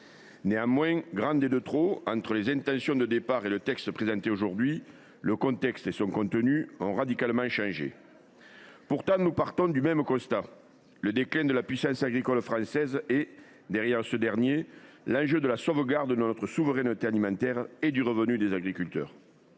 l’adjectif « grande » est de trop : entre les intentions de départ et le texte présenté aujourd’hui, le contexte et son contenu ont radicalement changé. Pourtant, nous partons du même constat : le déclin de la puissance agricole française. L’enjeu derrière cela, c’est la sauvegarde de notre souveraineté alimentaire et du revenu des agriculteurs.